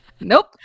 nope